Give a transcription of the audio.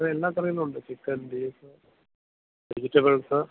ഇവിടെ എല്ലാ കറികളും ഉണ്ട് ചിക്കൻ ബീഫ് വെജിറ്റബിൾസ്